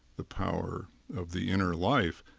the power of the inner life,